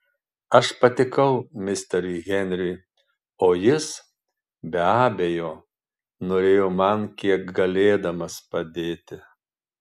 aš patikau misteriui henriui o jis be abejo norėjo man kiek galėdamas padėti